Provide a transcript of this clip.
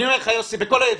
אני אומר לך יוסי בכל הידידות,